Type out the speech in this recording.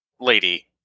lady